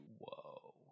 Whoa